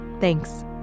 Thanks